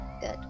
Good